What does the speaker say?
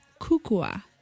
Kukua